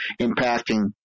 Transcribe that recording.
impacting